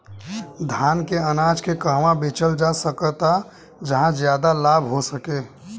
धान के अनाज के कहवा बेचल जा सकता जहाँ ज्यादा लाभ हो सके?